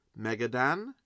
Megadan